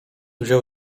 wziął